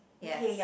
yes